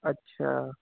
اچھا